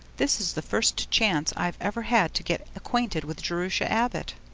this is the first chance i've ever had to get acquainted with jerusha abbott.